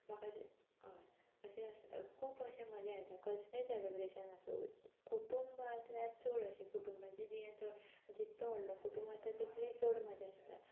म्हाका हय अशें खूब अशें मजा येता कसलेंय सेलिब्रेशन आसूं कुटूंबांतल्यान चड अशें कुटुंबाचें जी चड जितलो व्हडलो कुटूंब येता तितली चड मजा येता